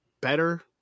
better